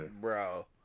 Bro